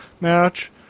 match